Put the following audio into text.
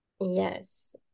Yes